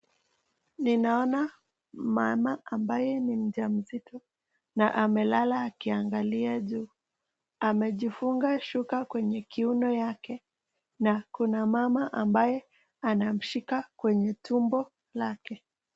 Ninaona mama ambaye ni mjamzito na amelala akiangalia juu. Amejifunga shuka kwenye kiuno yake na kuna mama ambaye anamshika kwenye tumbo lake.